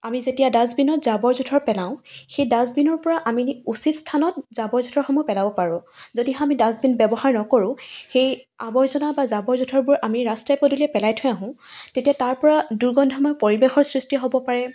আমি যেতিয়া ডাষ্টবিনত জাবৰ জোঁথৰ পেলাওঁ সেই ডাষ্টবিনৰ পৰা আমি উচিত স্থানত জাবৰ জোঁথৰসমূহ পেলাব পাৰো যদিহে আমি ডাষ্টবিন ব্যৱহাৰ নকৰো সেই আৱৰ্জনা বা জাবৰ জোঁথৰবোৰ ৰাস্তাই পদূলিয়ে পেলাই থৈ আহোঁ তেতিয়া তাৰপৰা দুৰ্গন্ধময় পৰিৱেশৰ সৃষ্টি হ'ব পাৰে